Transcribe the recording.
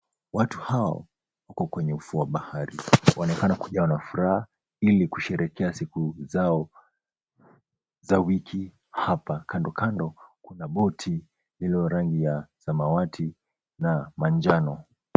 Watu hawa wako kwenye ufuo wa bahari. Wanaonekana kujawa na furaha ili kusherehekea siku zao za wiki hapa. Kando kando kuna boti lililo la rangi ya samawati na manjano.